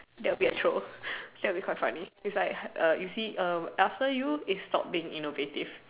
that would be a troll that would be quite funny it's like err you see err after you it stop being innovative